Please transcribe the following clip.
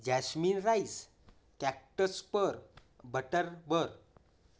jasmine rice cactus pear butter बर